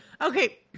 Okay